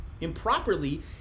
improperly